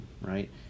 right